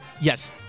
Yes